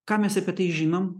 ką mes apie tai žinom